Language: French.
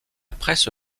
presse